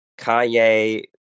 Kanye